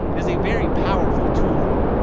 it is a very powerful tool.